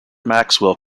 maxwell